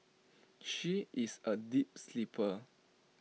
she is A deep sleeper